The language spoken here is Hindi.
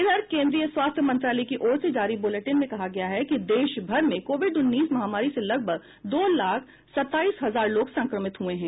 इधर केंद्रीय स्वास्थ्य मंत्रालय की ओर से जारी बुलेटिन में कहा गया है कि देश भर में इस महामारी से लगभग दो लाख सताईस हजार लोग संक्रमित हुए हैं